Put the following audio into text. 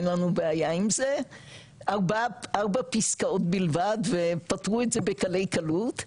אין לנו בעיה עם זה ארבע פסקאות בלבד ופטרו את זה בקלי קלות,